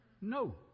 no